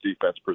defense